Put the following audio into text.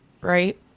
right